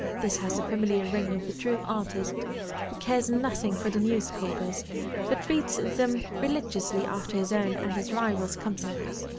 this has the familiar ring of the true artist who cares nothing for the newspapers but reads them religiously after his own and his rivals' concerts.